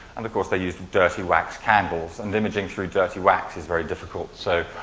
and of course, they used dirty wax candles. and imaging through dirty wax is very difficult. so,